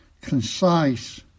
concise